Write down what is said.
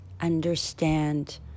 understand